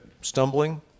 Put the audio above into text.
stumbling